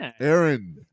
Aaron